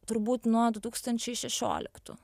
turbūt nuo du tūkstančiai šešioliktų